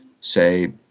say